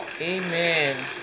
amen